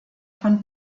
von